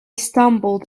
stumbled